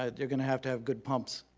ah they're gonna have to have good pumps,